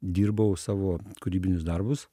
dirbau savo kūrybinius darbus